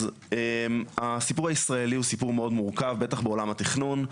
אז הסיפור הישראלי הוא סיפור מאוד מורכב בטח בעולם התכנון,